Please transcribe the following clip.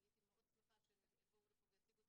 הייתי שמחה שהם יגיעו לכאן ויציגו את